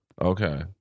Okay